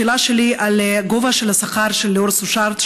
השאלה שלי היא על גובה השכר של ליאור סושרד,